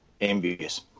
Envious